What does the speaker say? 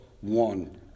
one